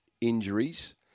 injuries